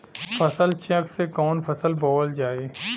फसल चेकं से कवन फसल बोवल जाई?